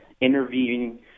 intervening